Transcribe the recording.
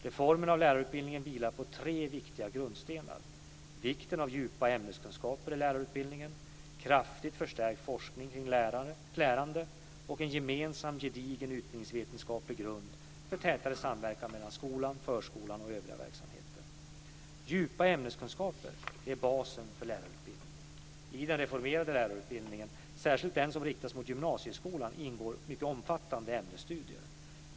Reformen av lärarutbildningen vilar på tre viktiga grundstenar: vikten av djupa ämneskunskaper i lärarutbildningen, kraftigt förstärkt forskning kring lärande samt en gemensam gedigen utbildningsvetenskaplig grund med tätare samverkan med skolan, förskolan och övriga verksamheter. Djupa ämneskunskaper är basen för lärarutbildningen. I den reformerade lärarutbildningen, särskilt den som inriktas mot gymnasieskolan, ingår mycket omfattande ämnesstudier.